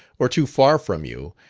or too far from you,